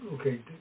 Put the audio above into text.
okay